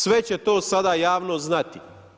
Sve će to sada javnost znati.